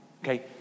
okay